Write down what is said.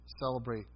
celebrate